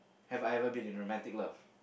have I ever been in romantic love